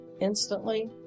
Instantly